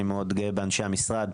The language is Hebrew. אני מאוד גאה באנשי המשרד.